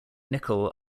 nickel